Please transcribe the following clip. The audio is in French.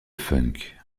funk